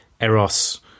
eros